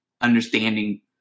understanding